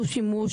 דו-שימוש,